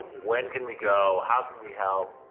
when can we go? how can we help?